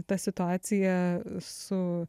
ta situacija su